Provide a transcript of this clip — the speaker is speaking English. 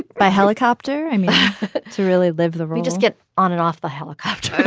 by helicopter. i mean to really live there. you just get on and off the helicopter